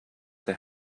they